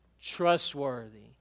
trustworthy